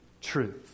truth